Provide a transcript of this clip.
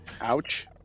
ouch